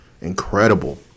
Incredible